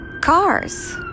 cars